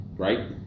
Right